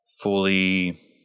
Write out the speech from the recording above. fully